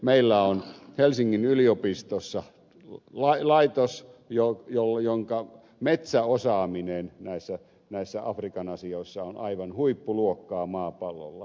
meillä on helsingin yliopistossa laitos jonka metsäosaaminen näissä afrikan asioissa on aivan huippuluokkaa maapallolla